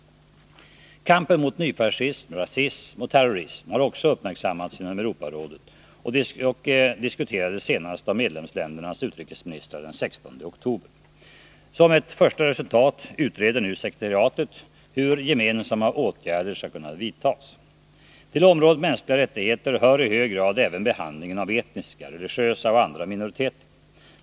Kampen mot nyfascism, rasism och terrorism har också uppmärksammats inom Europarådet och diskuterades senast av medlemsländernas utrikesministrar den 16 oktober. Som ett första resultat utreder nu sekretariatet hur gemensamma åtgärder skall kunna vidtas. Till området mänskliga rättigheter hör i hög grad även behandlingen av etniska, religiösa och andra minoriteter.